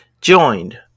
joined